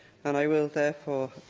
and i will, therefore,